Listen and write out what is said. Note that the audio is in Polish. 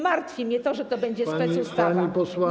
Martwi mnie to, że to będzie specustawa.